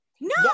no